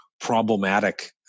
problematic